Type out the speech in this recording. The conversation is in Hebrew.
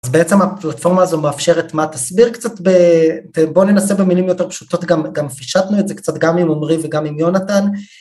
אז בעצם הפלטפורמה הזו מאפשרת מה? תסביר קצת, בואו ננסה במינים יותר פשוטות, גם פישטנו את זה קצת, גם עם עמרי וגם עם יונתן.